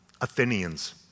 Athenians